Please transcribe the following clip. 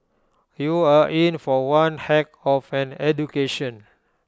you're in for one heck of an education